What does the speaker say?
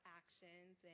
actions